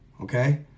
okay